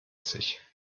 sich